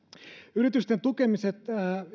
yritysten tukemiset